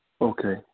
Okay